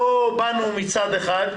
לא באנו מצד אחד.